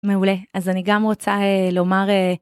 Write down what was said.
מעולה אז אני גם רוצה לומר.